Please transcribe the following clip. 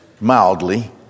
mildly